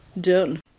done